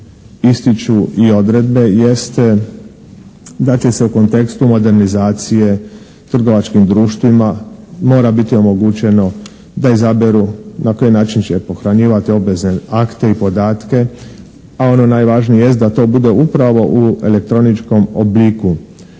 ističu i odredbe jeste da će se u kontekstu modernizacije trgovačkim društvima mora biti omogućeno da izaberu na koji način će pohranjivati obvezne akte i podatke, a ono najvažnije jest da to bude upravo u elektroničkom obliku.